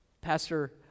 Pastor